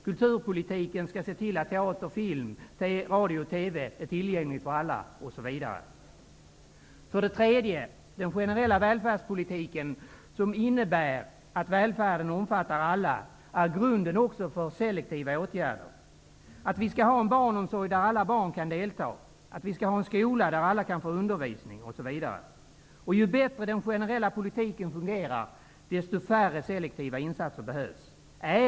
Kulturpolitiken skall se till att teater, film, radio och TV är tillgängligt för alla osv. För det tredje: Den generella välfärdspolitiken som innebär att välfärden omfattar alla är grunden också för selektiva åtgärder. Vi skall ha en barnomsorg där alla barn kan delta, och vi skall ha en skola där alla kan få undervisning osv. Ju bättre den generella politiken fungerar, desto färre selektiva insatser behövs.